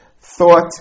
thought